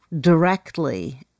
directly